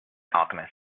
alchemist